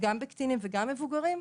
גם בקטינים וגם במבוגרים?